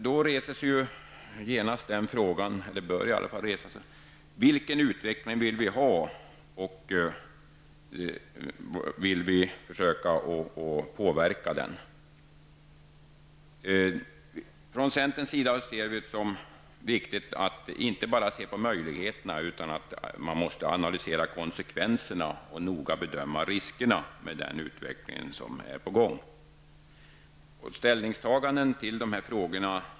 Då reser sig genast, eller bör i varje fall resas, frågan: Vilken utveckling vill vi ha, och vill vi försöka påverka denna utveckling? Från centerns sida ser vi det som viktigt att inte bara se på möjligheterna, utan man måste också analysera konsekvenserna och noga bedöma riskerna med denna utveckling. Olika utskott har tagit ställning i dessa frågor.